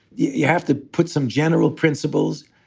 you have to put some general principles.